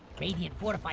radius for